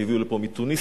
שהביאו לפה מתוניסיה,